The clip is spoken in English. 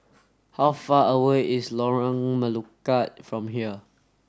how far away is Lorong Melukut from here